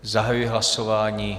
Zahajuji hlasování.